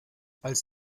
als